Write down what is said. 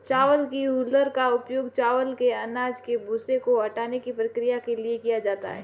चावल की हूलर का उपयोग चावल के अनाज के भूसे को हटाने की प्रक्रिया के लिए किया जाता है